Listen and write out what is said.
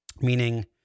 meaning